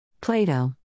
Plato